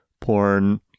porn